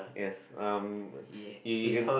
yes um you you can